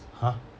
!huh!